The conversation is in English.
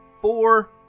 four